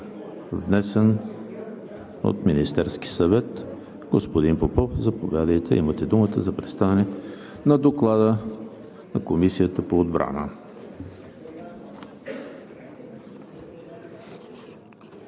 Вносител е Министерският съвет. Господин Попов, заповядайте. Имате думата за представяне на Доклада на Комисията по отбрана.